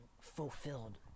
fulfilled